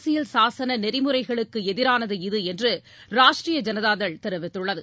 அரசியல் சாசன நெறிமுறைகளுக்கு எதிரானது இது என்று ராஷ்ட்ரிய ஜனதா தள் தெரிவித்துள்ளது